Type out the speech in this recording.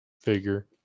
figure